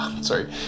Sorry